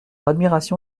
admiration